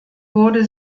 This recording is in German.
wurde